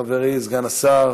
חברי סגן השר,